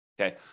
okay